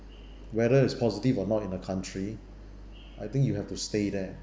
whether is positive or not in a country I think you have to stay there